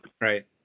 Right